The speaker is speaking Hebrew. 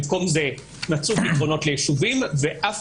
במקום זה מצאו פתרונות ליישובים ואף